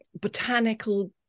botanical